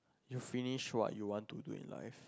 you finish what you want to do in life